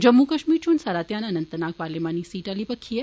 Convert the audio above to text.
जम्मू कष्मीर च हुन सारा ध्यान अनन्तनाग पार्लिमानी सीट आली बक्खी ऐ